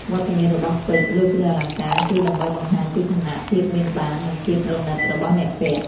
វត្តមានរបស់ពេជ្រលើគ្រឿងអលង្ការ គឺដើម្បីបង្ហាញពីឋានៈ ភាពមានបាន និងភាពប្រណីតរបស់អ្នកពាក់។